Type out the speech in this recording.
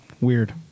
weird